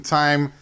time